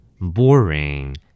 Boring